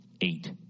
eight